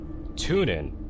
TuneIn